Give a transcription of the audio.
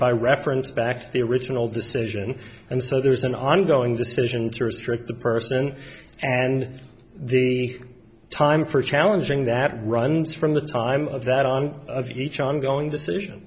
by reference back to the original decision and so there is an ongoing decision to restrict the person and the time for challenging that runs from the time of that on of each ongoing decision